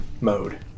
mode